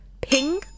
ping